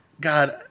God